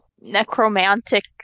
necromantic